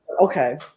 Okay